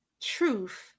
truth